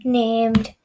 named